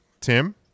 Tim